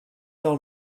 del